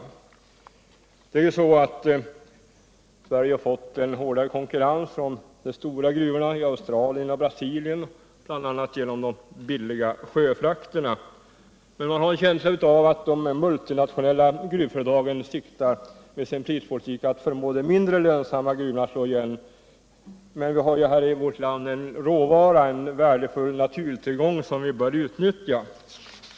Sverige har ju fått en hårdare konkurrens från de stora gruvorna i Australien och Brasilien, bl.a. genom de billiga sjöfrakterna. Man har en känsla av att de multinationella gruvföretagen med sin prispolitik siktar till att förmå de mindre lönsamma gruvorna att slå igen. Men vi har i vårt land en råvara, en värdefull naturtillgång, som vi bör utnyttja.